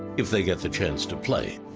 if they get the chance to play.